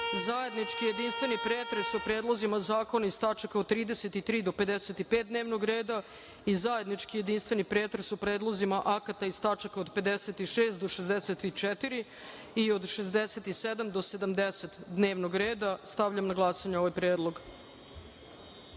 Zajednički jedinstveni pretres o predlozima zakona iz tačaka od 33. do 55. dnevnog reda i zajednički jedinstveni pretres o predlozima akata iz tačaka od 56. do 64. i od 67. do 70. dnevnog reda. Stavljam na glasanje ovaj